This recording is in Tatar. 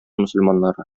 мөселманнары